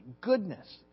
Goodness